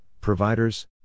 providers